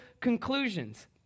conclusions